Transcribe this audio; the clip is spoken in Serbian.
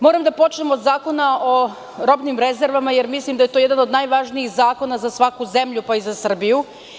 Moram da počnem od Zakona o robnim rezervama, jer mislim da je to jedan od najvažnijih zakona za svaku zemlju, pa i za Srbiju.